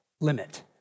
limit